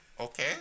Okay